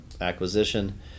acquisition